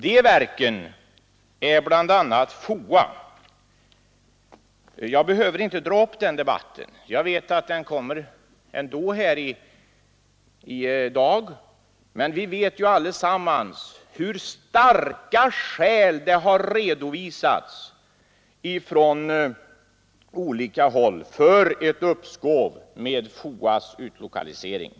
Det gäller bl.a. FOA. Jag behöver inte dra upp den debatten därför att jag vet att den ändå kommer att föras i dag. Vi vet allesammans att starka skäl har redovisats från olika håll om ett uppskov med FOA:s utlokalisering.